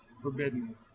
forbidden